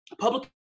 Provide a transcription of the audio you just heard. public